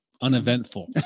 uneventful